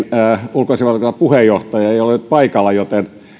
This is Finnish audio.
ulkoasiainvaliokunnan puheenjohtaja ei ole nyt paikalla joten